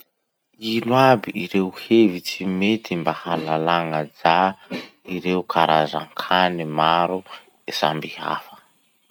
Ino aby ireo hevitsy mety mba hahalalan'ajà ireo karazan-kany maro samy hafa?